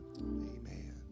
Amen